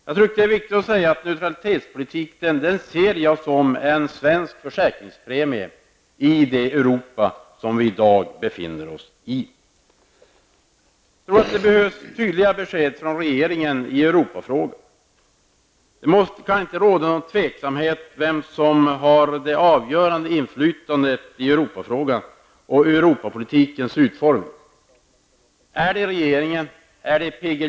Jag tror att det är viktigt att säga att jag ser neutralietspolitiken som en svensk försäkringspremie i det Europa som vi i dag befinner oss i. Jag tror att det behövs tydliga besked från regeringen i Europafrågan. Det skall inte råda någon tveksamhet om vem som har det avgörande inflytandet i Europafrågan och över Europapolitikens utformning. Är det regeringen, P.G.